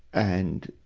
and,